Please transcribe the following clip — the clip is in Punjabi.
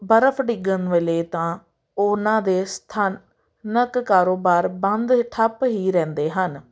ਬਰਫ਼ ਡਿੱਗਣ ਵੇਲੇ ਤਾਂ ਉਹਨਾਂ ਦੇ ਸਥਾਨਕ ਕਾਰੋਬਾਰ ਬੰਦ ਠੱਪ ਹੀ ਰਹਿੰਦੇ ਹਨ